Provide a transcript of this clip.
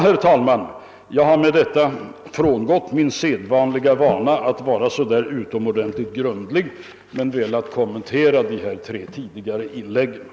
Herr talman! Jag har nu frångått min sedvanliga intention att vara så där utomordentligt grundlig; jag har bara velat kommentera de tre föregående inläggen.